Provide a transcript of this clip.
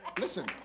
Listen